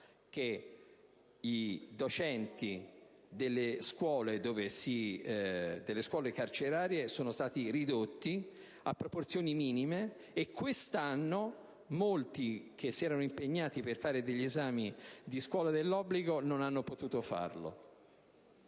che i docenti delle scuole carcerarie sono stati ridotti a proporzioni minime e che quest'anno molti che si erano impegnati per sostenere gli esami della scuola dell'obbligo non hanno potuto farlo.